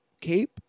cape